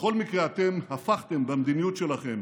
בכל מקרה, אתם הפכתם במדיניות שלכם